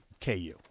KU